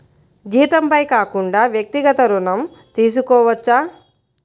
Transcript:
జీతంపై కాకుండా వ్యక్తిగత ఋణం తీసుకోవచ్చా?